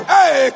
Hey